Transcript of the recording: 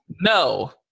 No